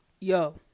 Yo